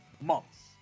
months